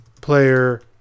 player